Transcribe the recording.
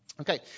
Okay